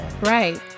Right